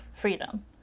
freedom